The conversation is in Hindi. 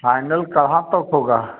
फाइनल कहाँ तक होगा